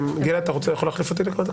גלעד, אתה יכול להחליף אותי לכמה דקות?